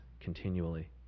continually